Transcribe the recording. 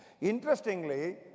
Interestingly